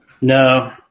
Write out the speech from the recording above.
No